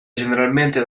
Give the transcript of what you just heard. generalmente